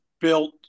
built